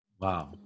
Wow